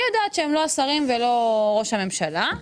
אני יודעת שהם לא השרים ולא ראש הממשלה,